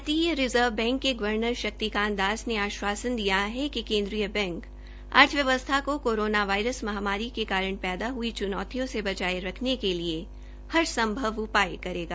भारतीय reserve bank ने governor Shaktikanta Das ने आश्वासन दिया है कि केन्द्रीय बैंक अर्थव्यवस्था को कोरोना वायरस महामारी के कारण पैदा हुई चुनौतियों से बचाये रखने के लिए हर संभव उपाय करेगा